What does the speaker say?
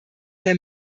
der